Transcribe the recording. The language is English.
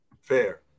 Fair